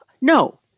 No